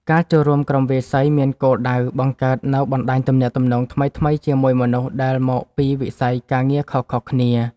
ការចូលរួមក្រុមវាយសីមានគោលដៅបង្កើតនូវបណ្តាញទំនាក់ទំនងថ្មីៗជាមួយមនុស្សដែលមកពីវិស័យការងារខុសៗគ្នា។